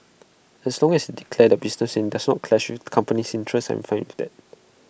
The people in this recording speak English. as long as they declare their business and IT does not clash with company interests I'm fine with IT